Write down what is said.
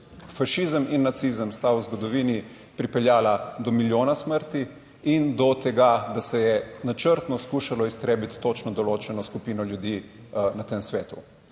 Fašizem in nacizem sta v zgodovini pripeljala do milijona smrti in do tega, da se je načrtno skušalo iztrebiti točno določeno skupino ljudi na tem svetu.